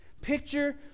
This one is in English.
picture